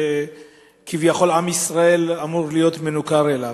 שכביכול עם ישראל אמור להיות מנוכר אליה.